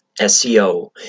SEO